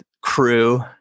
crew